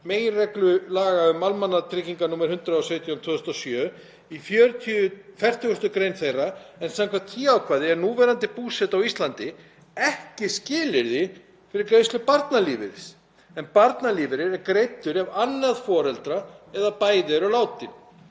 ekki skilyrði fyrir greiðslu barnalífeyris, en barnalífeyrir er greiddur ef annað foreldra eða bæði eru látin. Börn einstæðra foreldra eru ávallt í viðkvæmari stöðu þegar annars foreldrisins nýtur ekki við. Það er ótækt